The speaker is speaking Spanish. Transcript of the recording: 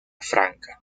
franca